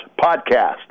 Podcast